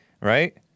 right